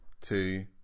two